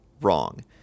wrong